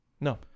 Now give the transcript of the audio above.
no